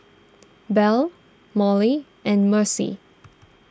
Belle Molly and Mercy